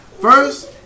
First